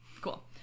cool